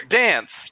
dance